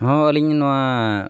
ᱦᱚ ᱟᱹᱞᱤᱧ ᱱᱚᱣᱟ